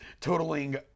totaling